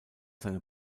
seine